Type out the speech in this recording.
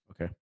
Okay